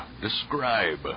describe